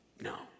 no